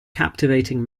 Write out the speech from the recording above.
captivating